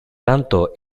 tanto